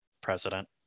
president